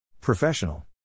Professional